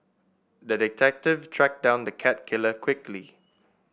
the detective tracked down the cat killer quickly